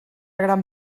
gran